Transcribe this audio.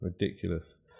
Ridiculous